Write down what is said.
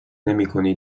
نمیکنی